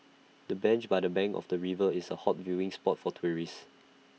the bench by the bank of the river is A hot viewing spot for tourists